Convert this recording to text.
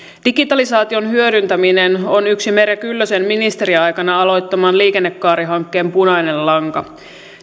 digitalisaation hyödyntäminen on yksi merja kyllösen ministeriaikanaan aloittaman liikennekaarihankkeen punainen lanka